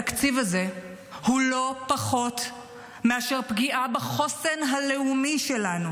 התקציב הזה הוא לא פחות מאשר פגיעה בחוסן הלאומי שלנו.